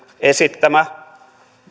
esittämä